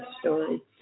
story